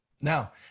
now